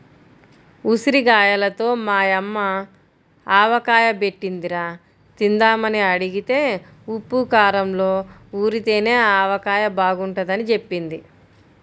ఉసిరిగాయలతో మా యమ్మ ఆవకాయ బెట్టిందిరా, తిందామని అడిగితే ఉప్పూ కారంలో ఊరితేనే ఆవకాయ బాగుంటదని జెప్పింది